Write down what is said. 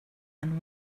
and